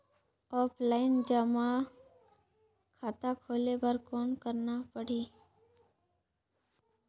Offline जमा खाता खोले बर कौन करना पड़ही?